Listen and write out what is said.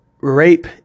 rape